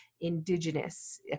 indigenous